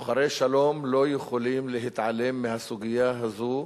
שוחרי שלום לא יכולים להתעלם מהסוגיה הזאת,